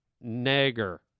nagger